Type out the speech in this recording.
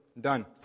Done